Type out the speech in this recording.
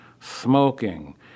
smoking